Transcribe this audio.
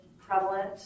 prevalent